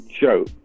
joke